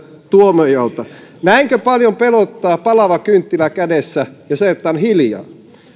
tuomiojalta näinkö paljon pelottaa palava kynttilä kädessä ja se että on hiljaa